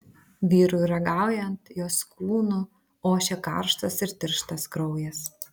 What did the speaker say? vyrui ragaujant jos kūnu ošė karštas ir tirštas kraujas